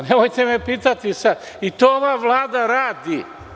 Nemojte me pitati i to ova Vlada radi.